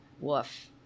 Woof